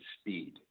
speed